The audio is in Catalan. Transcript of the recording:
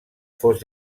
fos